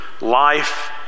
life